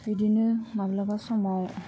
बिदिनो माब्लाबा समाव